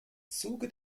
zuge